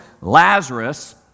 Lazarus